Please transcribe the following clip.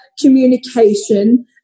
communication